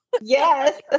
Yes